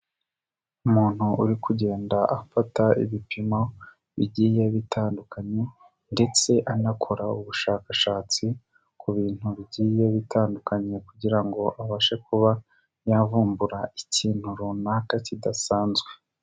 Umuntu uri kugenda afata ibipimo bigiye bitandukanye, ndetse anakora ubushakashatsi ku bintu bigiye bitandukanye kugira ngo abashe kuba yavumbura ikintu runaka kidasanzwe.